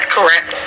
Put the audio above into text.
Correct